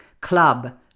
Club